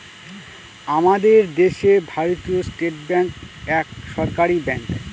আমাদের দেশে ভারতীয় স্টেট ব্যাঙ্ক এক সরকারি ব্যাঙ্ক